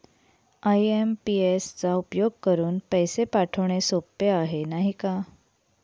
IMPS चा उपयोग करुन पैसे पाठवणे सोपे आहे, नाही का